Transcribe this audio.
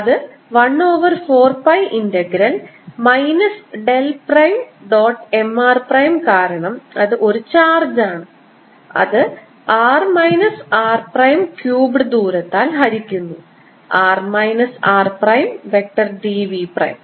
അത് 1 over 4 pi integral minus del prime dot M r prime കാരണം അത് ഒരു ചാർജ് ആണ് അത് r minus r prime cubed ദൂരത്താൽ ഹരിക്കുന്നു r minus r prime vector d v prime